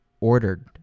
ordered